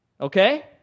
okay